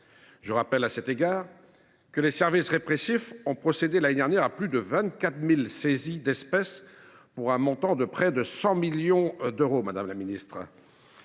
Je rappelle, à cet égard, que les services répressifs ont procédé l’année dernière à plus de 24 000 saisies d’espèces pour un montant de près de 100 millions d’euros. C’est à ce titre